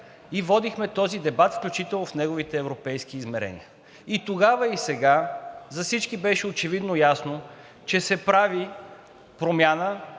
и водихме този дебат, включително в неговите европейски измерения. И тогава, и сега, за всички беше очевидно ясно, че се прави промяна,